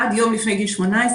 עד יום לפני גיל 18,